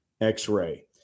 x-ray